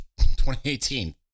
2018